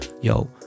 yo